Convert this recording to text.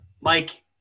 Mike